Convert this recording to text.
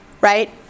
right